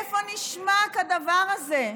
איפה נשמע כדבר הזה?